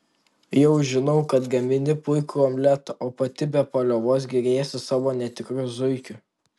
jau žinau kad gamini puikų omletą o pati be paliovos giriesi savo netikru zuikiu